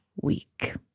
week